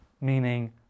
meaning